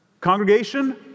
Congregation